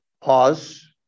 Pause